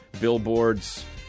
Billboard's